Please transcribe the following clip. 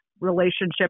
relationship